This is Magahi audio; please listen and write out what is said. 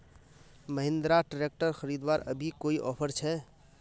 महिंद्रा ट्रैक्टर खरीदवार अभी कोई ऑफर छे?